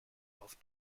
auf